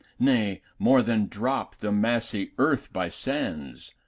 nay, more than drop the massy earth by sands,